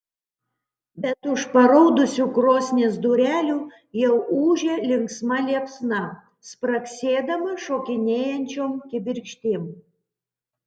bet už paraudusių krosnies durelių jau ūžia linksma liepsna spragsėdama šokinėjančiom kibirkštim